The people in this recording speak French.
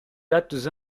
dates